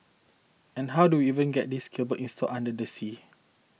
and how do we even get these cable installed under the sea